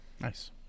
Nice